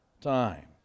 time